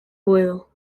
puedo